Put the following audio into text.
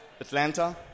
Atlanta